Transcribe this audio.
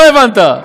הבנתי.